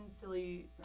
silly